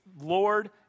Lord